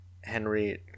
Henry